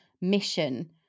mission